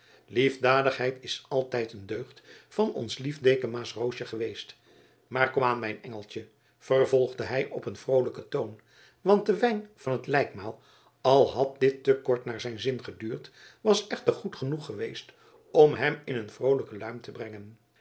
liefdadigheid is altijd een deugd van ons lief dekamaasch roosje geweest maar komaan mijn engeltje vervolgde hij op een vroolijken toon want de wijn van het lijkmaal al had dit te kort naar zijn zin geduurd was echter goed genoeg geweest om hem in een vroolijke luim te brengen